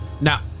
now